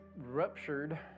ruptured